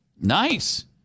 Nice